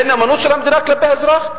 ואין נאמנות של המדינה כלפי האזרח?